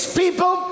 people